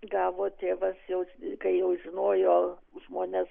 gavo tėvas jau kai jau žinojo žmonės